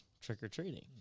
trick-or-treating